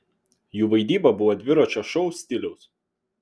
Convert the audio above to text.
jų vaidyba buvo dviračio šou stiliaus